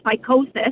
psychosis